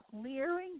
Clearing